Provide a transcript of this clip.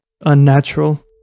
unnatural